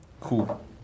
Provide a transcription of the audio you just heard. Cool